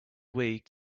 week